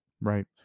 Right